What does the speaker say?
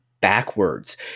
backwards